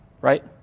right